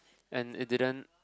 and it didn't